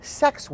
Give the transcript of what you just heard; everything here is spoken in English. sex